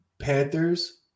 Panthers